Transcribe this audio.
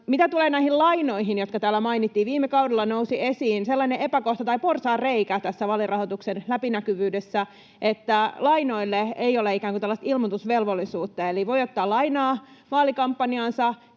Mitä tulee näihin lainoihin, jotka täällä mainittiin, niin viime kaudella nousi esiin sellainen epäkohta tai porsaanreikä tässä vaalirahoituksen läpinäkyvyydessä, että lainoille ei ole ikään kuin ilmoitusvelvollisuutta. Eli voi ottaa lainaa vaalikampanjaansa,